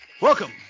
welcome